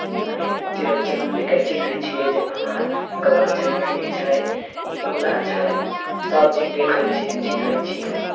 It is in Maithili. मने चिरै चुनमुनीकेँ चिन्हैत छियै जे फलना ई कौआ छै मैनी छै ई बगुला छै सभचीज देखैत छियै चिन्हैत छियै